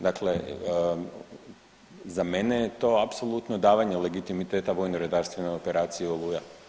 Dakle, za mene je to apsolutno davanje legitimiteta Vojno redarstvenoj operaciji Oluja.